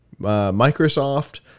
Microsoft